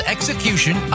Execution